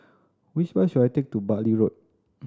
which bus should I take to Bartley Road